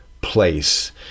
place